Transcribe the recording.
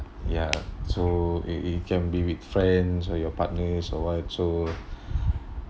ya so it it can be with friends or your partners or what so